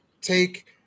take